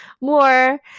more